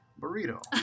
burrito